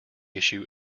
issue